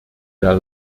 der